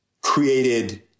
created